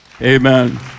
Amen